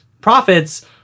profits